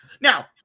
Now